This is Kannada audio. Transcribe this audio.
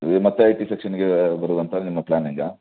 ಈಗ ಮತ್ತೆ ಐ ಟಿ ಸೆಕ್ಷನ್ಗೆ ಬರುವ ಅಂತ ನಿಮ್ಮ ಪ್ಲ್ಯಾನ್ನಿಂಗಾ